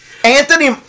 Anthony